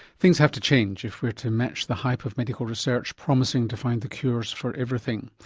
things have to change if we are to match the hype of medical research promising to find the cures for everything.